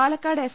Palakkad S